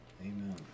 Amen